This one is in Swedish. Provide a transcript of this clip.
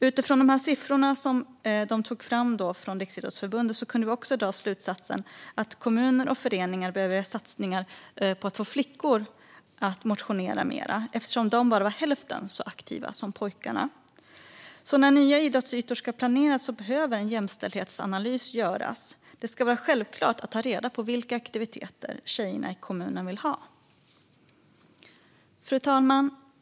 Utifrån de siffor som togs fram av Riksidrottsförbundet kunde vi också dra slutsatsen att kommuner och föreningar behöver göra satsningar för att få flickor att motionera mer eftersom de bara var hälften så aktiva som pojkarna. När nya idrottsytor ska planeras behöver en jämställdhetsanalys göras. Det ska vara självklart att ta reda på vilka aktiviteter tjejerna i kommunen vill ha. Fru talman!